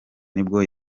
nibwo